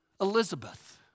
Elizabeth